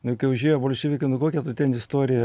nu kai užėjo bolševikai nu kokią tu ten istoriją